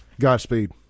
Godspeed